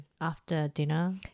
after-dinner